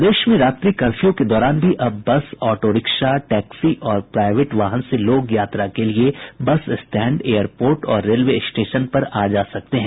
प्रदेश में रात्रि कर्फ्यू के दौरान भी अब बस ऑटो रिक्शा टैक्सी और प्राईवेट वाहन से लोग यात्रा के लिये बस स्टैंड एयरपोर्ट और रेलवे स्टेशन पर आ जा सकते हैं